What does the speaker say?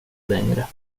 längre